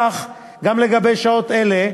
כך גם לגבי שעות אלה,